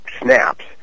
snaps